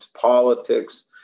politics